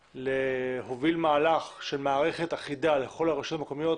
להוביל מהלך של מערכת אחידה לכל הרשויות המקומיות,